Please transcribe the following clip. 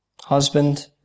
husband